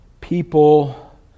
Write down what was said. people